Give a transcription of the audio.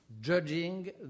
judging